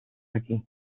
aquí